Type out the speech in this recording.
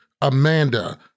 Amanda